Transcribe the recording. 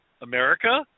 America